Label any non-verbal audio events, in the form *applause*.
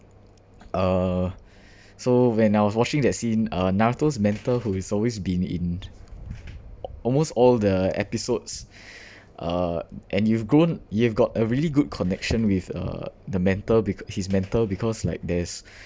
uh *breath* so when I was watching that scene uh naruto's mentor who is always been in almost all the episodes *breath* uh and you've grown you've got a really good connection with uh the mentor bec~ his mentor because like there's *breath*